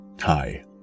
Hi